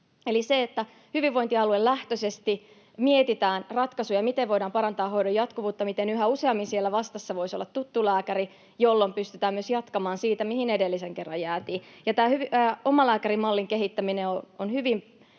Eli hyvinvointialuelähtöisesti mietitään ratkaisuja, miten voidaan parantaa hoidon jatkuvuutta, miten yhä useammin siellä vastassa voisi olla tuttu lääkäri, jolloin pystytään jatkamaan siitä, mihin edellisen kerran jäätiin. Tämä omalääkärimallin kehittäminen on hyvin